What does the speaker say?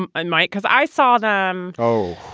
um i might because i saw that. um oh,